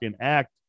act